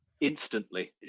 instantly